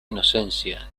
inocencia